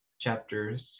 chapters